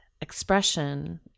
expression